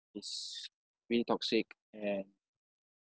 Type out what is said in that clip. it's really toxic and